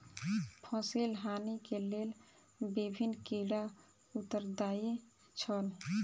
फसिल हानि के लेल विभिन्न कीड़ा उत्तरदायी छल